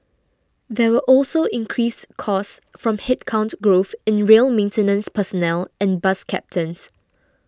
there were also increased costs from headcount growth in rail maintenance personnel and bus captains